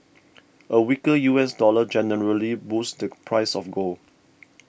a weaker U S dollar generally boosts the price of gold